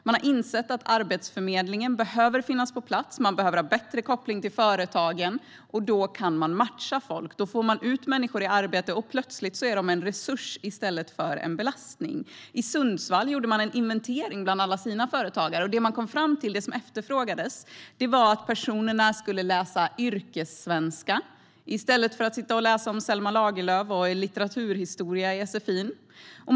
Man har insett att Arbetsförmedlingen behöver finnas på plats. Man behöver ha bättre koppling till företagen. Då kan man matcha folk. Då får man ut människor i arbete, och plötsligt är de en resurs i stället för en belastning. I Sundsvall gjorde man en inventering bland alla sina företagare. Det man kom fram till efterfrågades var att personerna skulle läsa yrkessvenska i stället för att sitta och läsa om Selma Lagerlöf och litteraturhistoria i sfi:n.